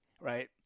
right